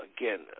again